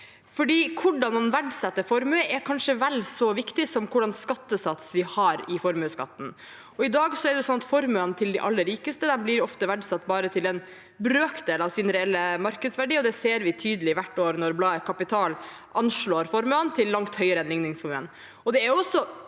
for hvordan man verdsetter formue, er kanskje vel så viktig som hvilken skattesats man har i formuesskatten. I dag er det sånn at formuene til de aller rikeste ofte blir verdsatt bare til en brøkdel av sin reelle markedsverdi. Det ser vi tydelig hvert år når bladet Kapital anslår formuene til langt høyere enn ligningsformuen.